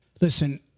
Listen